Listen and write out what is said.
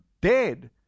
dead